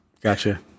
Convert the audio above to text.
Gotcha